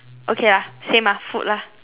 okay lah same ah food lah